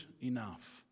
enough